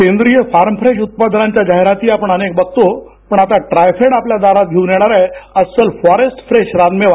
सेंद्रीय फार्मफ्रेश उत्पादनांच्या जाहीराती आपण अनेक बघतो पण आता ट्रायफेड आपल्या दारात घेऊन येणार आहे अस्सल फॉरेस्ट फ्रेश रानमेवा